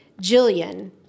Jillian